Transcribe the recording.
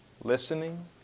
listening